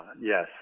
yes